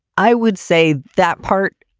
i would say that part.